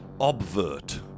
Obvert